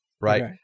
right